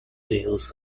deals